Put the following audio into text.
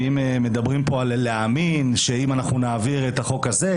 אם מדברים פה שנאמין שאם נעביר את החוק הזה,